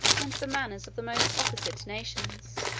and the manners of the most opposite nations.